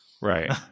Right